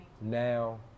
now